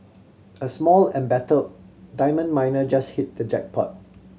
a small embattled diamond miner just hit the jackpot